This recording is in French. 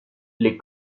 les